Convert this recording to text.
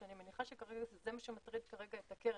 אני מניחה שכרגע זה מה שמטריד כרגע את הקרן,